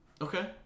Okay